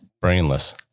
Brainless